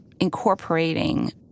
incorporating